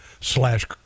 slash